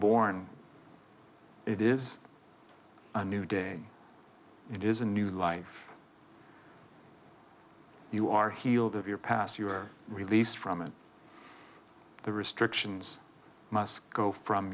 born it is a new day it is a new life you are healed of your past you were released from it the restrictions must go from